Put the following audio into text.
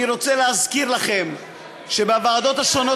אני רוצה להזכיר לכם שבוועדות השונות,